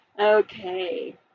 Okay